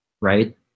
Right